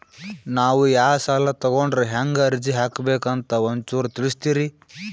ನಾವು ಯಾ ಸಾಲ ತೊಗೊಂಡ್ರ ಹೆಂಗ ಅರ್ಜಿ ಹಾಕಬೇಕು ಅಂತ ಒಂಚೂರು ತಿಳಿಸ್ತೀರಿ?